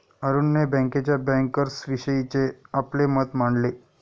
अरुणने बँकेच्या बँकर्सविषयीचे आपले मत मांडले